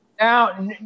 now